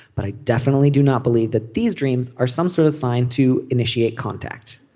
but i definitely do not believe that these dreams are some sort of sign to initiate contact.